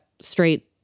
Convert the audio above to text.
straight